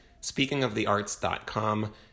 Speakingofthearts.com